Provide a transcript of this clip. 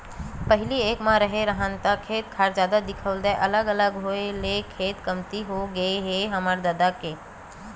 पहिली एक म रेहे राहन ता खेत खार जादा दिखउल देवय अलग अलग के होय ले खेत कमती होगे हे हमर ददा मन के